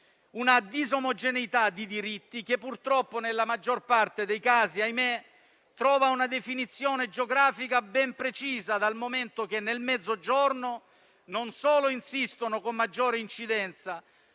una disomogeneità di diritti che purtroppo, nella maggior parte dei casi, trova - ahimè - una definizione geografica ben precisa, dal momento che nel Mezzogiorno, non solo insiste con maggiore incidenza,